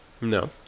No